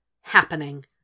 happening